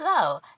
Hello